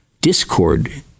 discord